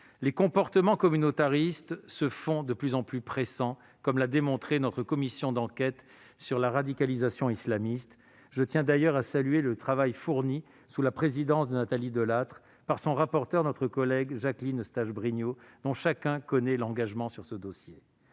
les comportements communautaristes se font de plus en plus pressants, comme l'a démontré notre commission d'enquête sur la radicalisation islamiste. Je tiens d'ailleurs à saluer le travail fourni, sous la présidence de Nathalie Delattre, par son rapporteur, notre collègue Jacqueline Eustache-Brinio, dont chacun connaît l'engagement sur ce dossier.